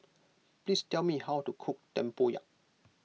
please tell me how to cook Tempoyak